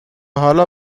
حالا